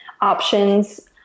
options